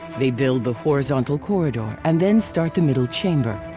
they build the horizontal corridor and then start the middle chamber.